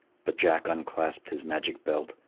but jack unclasped his magic belt,